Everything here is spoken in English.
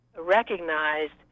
recognized